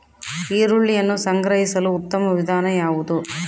ಈರುಳ್ಳಿಯನ್ನು ಸಂಗ್ರಹಿಸಲು ಉತ್ತಮ ವಿಧಾನ ಯಾವುದು?